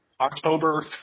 October